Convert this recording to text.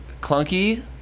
Clunky